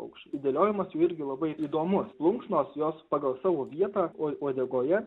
paukščiai išdėliojimas jų irgi labai įdomus plunksnos jos pagal savo vietą uodegoje